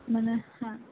মানে হ্যাঁ